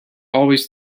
always